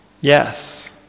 Yes